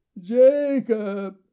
jacob